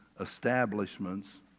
establishments